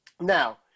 now